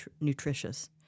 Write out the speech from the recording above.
nutritious